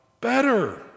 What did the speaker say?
better